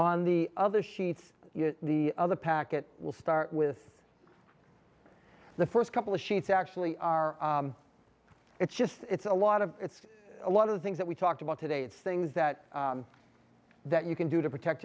on the other sheets the other packet will start with the first couple of sheets actually it's just it's a lot of it's a lot of the things that we talked about today it's things that that you can do to protect